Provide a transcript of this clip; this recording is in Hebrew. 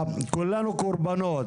כולנו קורבנות.